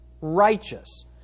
righteous